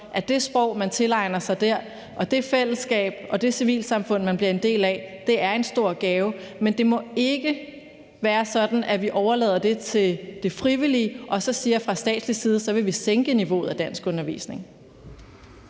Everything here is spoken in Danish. at det sprog, man tilegner sig der, og det fællesskab og det civilsamfund, man bliver en del af, er en stor gave. Men det må ikke være sådan, at vi overlader det til det frivillige og så siger fra statens side, at så vil vi sænke niveauet af danskundervisning.